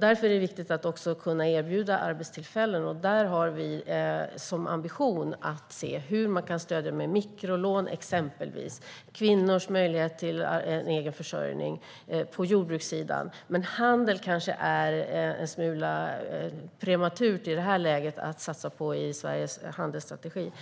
Därför är det viktigt att också kunna erbjuda arbetstillfällen. Där har vi som ambition att se hur man kan stödja genom exempelvis mikrolån och i fråga om kvinnors möjlighet till egen försörjning på jordbrukssidan. Men handel är kanske en smula prematurt i det här läget att satsa på i Sveriges handelsstrategi.